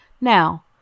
Now